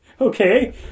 Okay